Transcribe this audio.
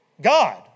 God